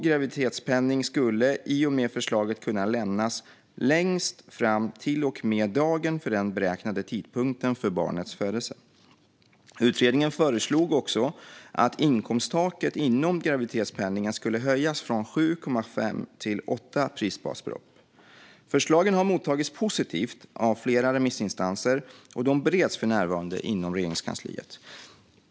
Graviditetspenning skulle i och med förslaget kunna lämnas längst fram till och med dagen för den beräknade tidpunkten för barnets födelse. Utredningen föreslog också att inkomsttaket inom graviditetspenningen skulle höjas från 7,5 till 8 prisbasbelopp. Förslagen har mottagits positivt av flera remissinstanser och bereds för närvarande inom Regeringskansliet.